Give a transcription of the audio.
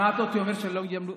אתה שמעת אותי אומר שהם לא יהודים?